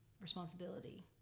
responsibility